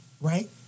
right